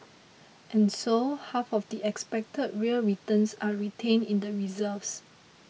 and so half of the expected real returns are retained in the reserves